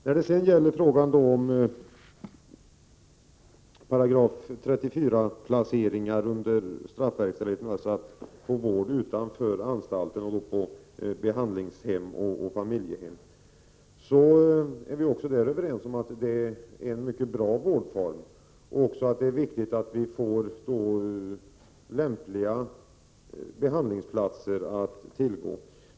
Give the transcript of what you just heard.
När det gäller frågan om § 34-placeringar under straffverkställigheten, alltså rätten att få vård utanför anstalten, på behandlingshem och familjehem, är vi överens om att det är en mycket bra vårdform och även om att det är viktigt att vi får lämpliga behandlingsplatser att tillgå.